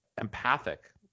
empathic